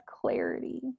clarity